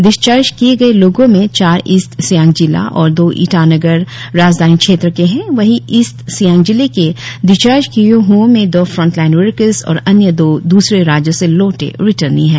discharge किए गए लोगों में चार ईस्ट सियांग जिला और दो ईटानगर राजधानी क्षेत्र के है वहीं ईस्ट सियांग जिले के डिस्चार्ज किए ह्ओं में दो फ्रंटलाइन वरकर्स और अन्य दो दूसरे राज्यों से लौटे रिटर्नी है